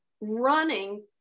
running